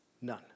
None